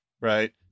right